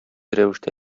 рәвештә